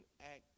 act